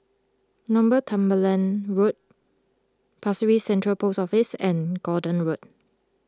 Northumberland Road Pasir Ris Central Post Office and Gordon Road